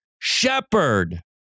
shepherd